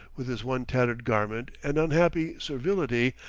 with his one tattered garment and unhappy servility,